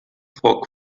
foc